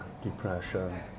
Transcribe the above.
Depression